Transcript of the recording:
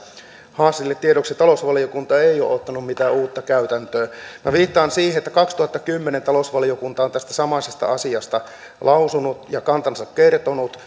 hassille tiedoksi talousvaliokunta ei ole ottanut mitään uutta käytäntöä minä viittaan siihen että kaksituhattakymmenen talousvaliokunta on tästä samaisesta asiasta lausunut ja kantansa kertonut